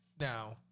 Now